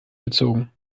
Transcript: gezogen